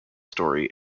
story